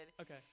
Okay